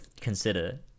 consider